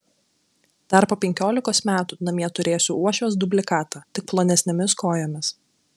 dar po penkiolikos metų namie turėsiu uošvės dublikatą tik plonesnėmis kojomis